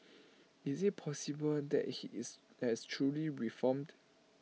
is IT possible that he is has truly reformed